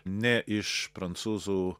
ne iš prancūzų